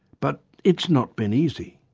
but it's not been easy.